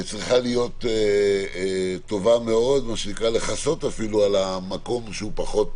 צריכים להיות טובים מאוד כדי לכסות אפילו על המקום שהוא פחות